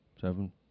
seven